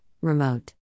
Remote